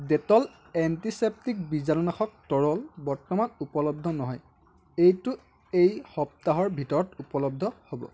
Dettol antiseptic বীজাণুনাশক তৰল বৰ্তমান উপলব্ধ নহয় এইটো এই সপ্তাহৰ ভিতৰত উপলব্ধ হ'ব